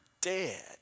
dead